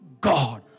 God